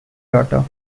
daughter